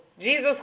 Jesus